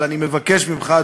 אבל אני מבקש ממך,